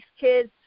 kids